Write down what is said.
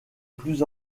plus